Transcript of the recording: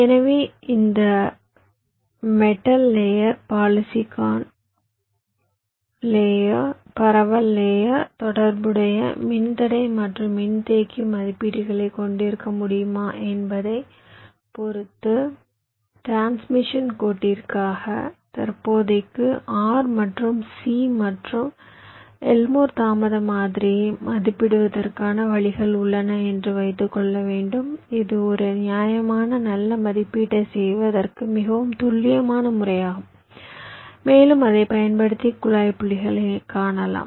எனவே எந்த metal layer polysilicon layer பரவல் லேயர் தொடர்புடைய மின்தடை மற்றும் மின்தேக்கி மதிப்பீடுகளைக் கொண்டிருக்க முடியுமா என்பதைப் பொறுத்து டிரான்ஸ்மிஷன் கோட்டிற்காக தற்போதைக்கு R மற்றும் C மற்றும் எல்மோர் தாமத மாதிரியை மதிப்பிடுவதற்கான வழிகள் உள்ளன என்று வைத்துக் கொள்ள வேண்டும் இது ஒரு நியாயமான நல்ல மதிப்பீட்டைச் செய்வதற்கு மிகவும் துல்லியமான முறையாகும் மேலும் அதைப் பயன்படுத்தி குழாய் புள்ளிகளைக் காணலாம்